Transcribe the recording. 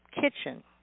kitchen